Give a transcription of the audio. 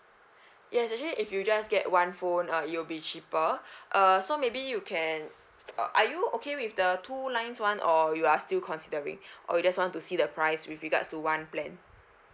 yes actually if you just get one phone uh it'll be cheaper err so maybe you can uh are you okay with the two lines one or you are still considering or you just want to see the price with regards to one plan